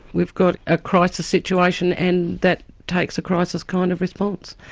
we've got a crisis situation and that takes a crisis kind of response.